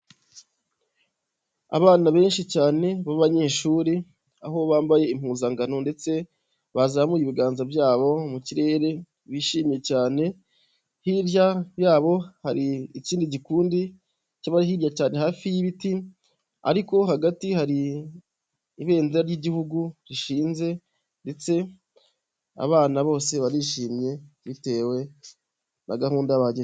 Abana benshi cyane b'abanyeshuri aho bambaye impuzangano ndetse bazamuye ibiganza byabo mu kirere bishimye cyane, hirya yabo hari ikindi gikundi cy'abari hirya cyari hafi y'ibiti, ariko hagati hari ibendera ry'Igihugu rishinze, ndetse abana bose barishimye bitewe na gahunda bagenewe.